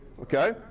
Okay